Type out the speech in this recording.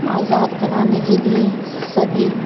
آزاد کرانے کے لیے سبھی